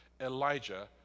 Elijah